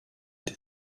des